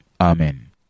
Amen